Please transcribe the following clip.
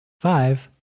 Five